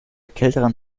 kälteren